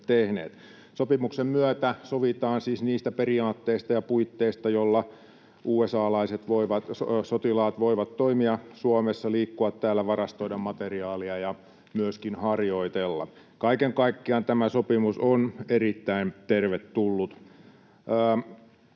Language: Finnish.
Sopimuksen myötä sovitaan siis niistä periaatteista ja puitteista, joilla USA:laiset sotilaat voivat toimia Suomessa: liikkua täällä, varastoida materiaalia ja myöskin harjoitella. Kaiken kaikkiaan tämä sopimus on erittäin tervetullut.